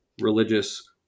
religious